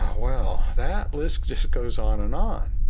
well, that list just goes on and on.